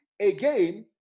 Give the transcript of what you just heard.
again